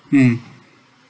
hmm